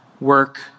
work